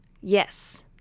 yes